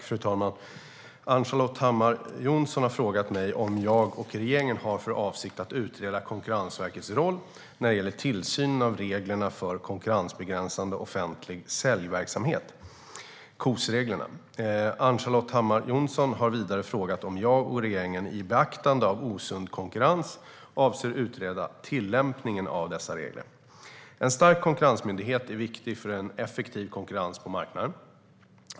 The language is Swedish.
Fru talman! Ann-Charlotte Hammar Johnsson har frågat mig om jag och regeringen har för avsikt att utreda Konkurrensverkets roll när det gäller tillsynen av reglerna för konkurrensbegränsande offentlig säljverksamhet, KOS-reglerna. Ann-Charlotte Hammar Johnsson har vidare frågat om jag och regeringen i beaktande av osund konkurrens avser att utreda tillämpningen av dessa regler. En stark konkurrensmyndighet är viktig för en effektiv konkurrens på marknaden.